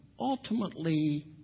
ultimately